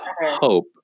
hope